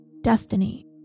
Destiny